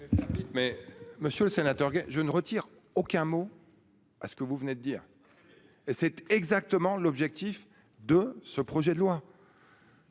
Monsieur le Sénateur, je ne retire aucun mot. Est ce que vous venez de dire. Et c'est exactement l'objectif de ce projet de loi.